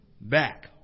back